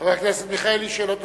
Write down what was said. חבר הכנסת מיכאלי, שאלות נוספות?